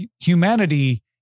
humanity